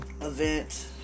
event